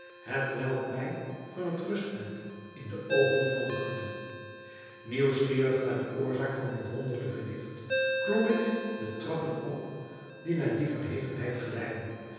hetwelk mij van het rustbed in de oogen flonkerde nieuwsgierig naar de oorzaak van dit wonderlijke licht klom ik de trappen op die naar die verhevenheid geleidden